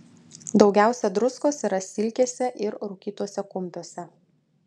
daugiausia druskos yra silkėse ir rūkytuose kumpiuose